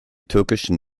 türkischen